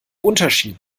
unterschied